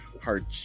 hard